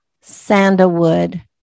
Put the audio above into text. sandalwood